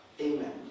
amen